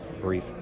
brief